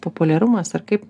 populiarumas ar kaip